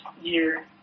year